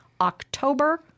October